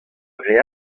dre